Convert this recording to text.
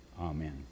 Amen